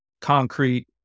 concrete